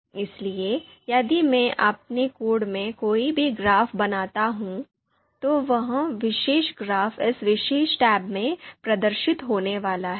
इसलिए यदि मैं अपने कोड में कोई भी ग्राफ़ बनाता हूं तो वह विशेष ग्राफ़ इस विशेष टैब में प्रदर्शित होने वाला है